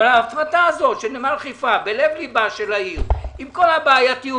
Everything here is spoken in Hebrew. אבל ההפרטה הזאת של נמל חיפה בלב ליבה של העיר עם כל הבעייתיות